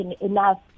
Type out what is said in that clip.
enough